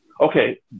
Okay